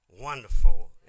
wonderful